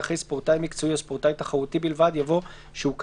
ואחרי "ספורטאי מקצועי או ספורטאי תחרותי בלבד" יבוא "שהוא קטין,